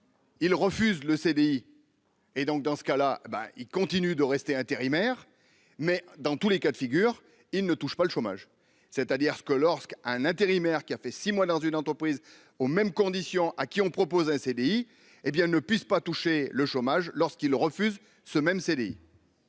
il refuse le CDI et donc dans ce cas-là, ben il continue de rester intérimaires mais dans tous les cas de figure, il ne touche pas le chômage, c'est-à-dire ce que lorsque un intérimaire qui a fait six mois dans une entreprise, aux mêmes conditions, à qui on propose un CDI, hé bien ne puisse pas toucher le chômage lorsqu'il le refuse ce même CDI.